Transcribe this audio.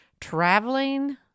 traveling